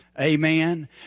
Amen